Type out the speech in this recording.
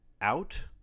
out